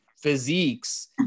physiques